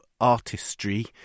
artistry